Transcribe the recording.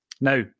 Now